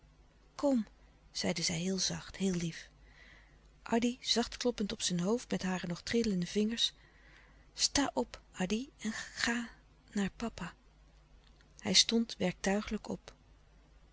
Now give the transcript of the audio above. kom zeide zij heel zacht heel lief louis couperus de stille kracht addy zacht kloppend op zijn hoofd met hare nog trillende vingers sta op addy en ga naar papa hij stond werktuigelijk op